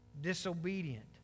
disobedient